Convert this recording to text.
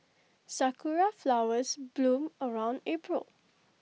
Sakura Flowers bloom around April